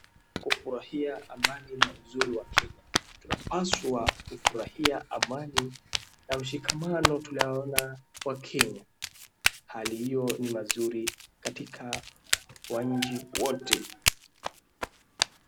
Kufurahia amani na uzuri wa Kenya. Tunapaswa kufurahia amani na ushikamano tulionao wakenya. Hali hiyo ni mazuri katika wananchi wote